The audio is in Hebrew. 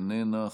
איננה.